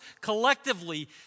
collectively